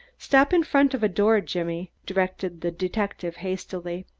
stop in front of a door, jimmy, directed the detective hastily.